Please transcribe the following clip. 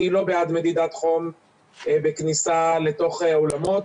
אני לא בעד מדידת חום בכניסה לתוך אולמות.